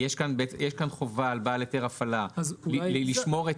יש כאן חובה על בעל היתר הפעלה לשמור את